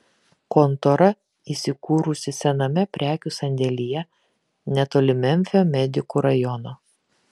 kontora įsikūrusi sename prekių sandėlyje netoli memfio medikų rajono